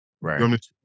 Right